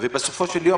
כך שבסעיף 13,